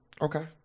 Okay